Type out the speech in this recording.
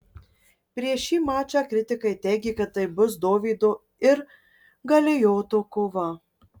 prieš šį mačą kritikai teigė kad tai bus dovydo ir galijoto kova